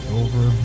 over